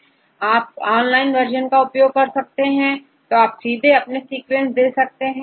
यदि आप online version का उपयोग करते हैं तो आप सीधे अपने सीक्वेंस दे सकते हैं